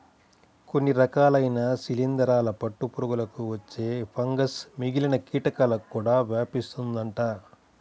కొన్ని రకాలైన శిలీందరాల పట్టు పురుగులకు వచ్చే ఫంగస్ మిగిలిన కీటకాలకు కూడా వ్యాపిస్తుందంట